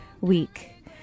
week